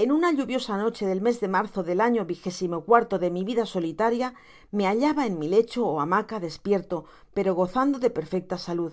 en una lluviosa noche del mes de marzo del año vigesimo cuarto de mi vida solitaria me hallaba en mi lecho ó hamaca despierto pero gozando de perfecta salud